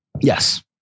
Yes